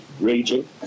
raging